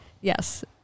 Yes